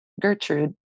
gertrude